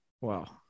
wow